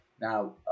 Now